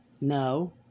No